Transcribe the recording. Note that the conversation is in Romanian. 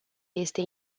este